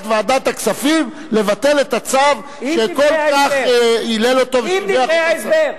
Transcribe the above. ועדת הכספים לבטל את הצו שכל כך הילל ושיבח אותו,